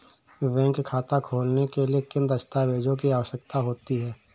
Bank खाता खोलने के लिए किन दस्तावेजों की आवश्यकता होती है?